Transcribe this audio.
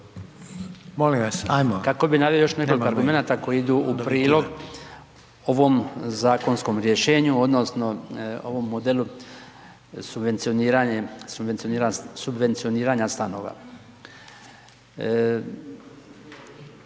se ne razumije./... … koji idu prilog ovom zakonskom rješenju odnosno ovom modelu subvencioniranja stanova.